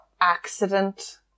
accident